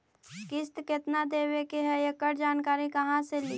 किस्त केत्ना देबे के है एकड़ जानकारी कहा से ली?